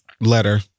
letter